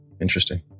Interesting